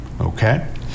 Okay